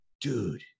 dude